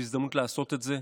ויש הזדמנות לעשות את זה,